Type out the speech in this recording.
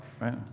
right